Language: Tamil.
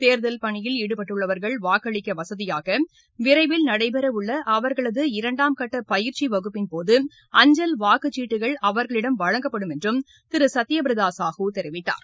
தேர்தல் பணியில் ஈடுபட்டுள்ளவர்கள் வாக்களிக்க வசதியாக விரைவில் நடைபெறவுள்ள அவர்களது இரண்டாம் கட்ட பயிற்சி வகுப்பின் போது அஞ்சல் வாக்குச்சீட்டுகள் அவர்களிடம் வழங்கப்படும் என்று திரு சத்யபிரதா சாஹூ தெரிவித்தார்